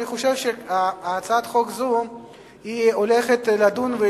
אני חושב שהצעת חוק זו הולכת להידון בוועדה,